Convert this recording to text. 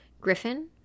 griffin